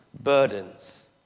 burdens